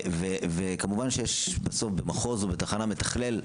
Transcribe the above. וכמובן שיש בסוף במחוז או בתחנה מתכלל,